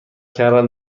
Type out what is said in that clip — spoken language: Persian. کردن